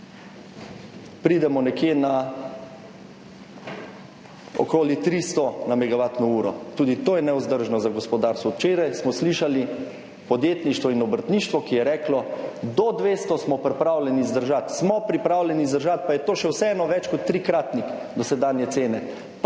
pridemo nekje na okoli 300 namigovati na uro tudi to je nevzdržno za gospodarstvo. Včeraj smo slišali podjetništvo in obrtništvo, ki je reklo, do 200 smo pripravljeni zdržati, smo pripravljeni zdržati, pa je to še vseeno več kot trikratnik dosedanje cene,